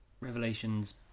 Revelations